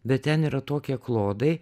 bet ten yra tokie klodai